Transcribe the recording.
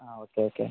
ആ okay okay